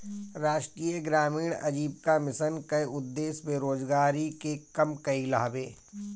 राष्ट्रीय ग्रामीण आजीविका मिशन कअ उद्देश्य बेरोजारी के कम कईल हवे